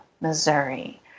Missouri